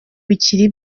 bikiri